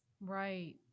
Right